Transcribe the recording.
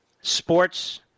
sports